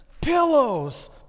Pillows